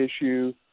issue